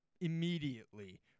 immediately